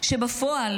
כשבפועל